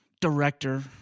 director